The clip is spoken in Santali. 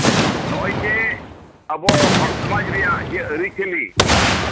ᱱᱚᱜᱚᱭ ᱡᱮ ᱟᱵᱚ ᱦᱚᱲ ᱥᱚᱢᱟᱡ ᱨᱮᱭᱟᱜ ᱟᱹᱨᱤᱪᱟᱹᱞᱤ